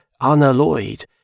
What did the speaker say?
unalloyed